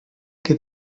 que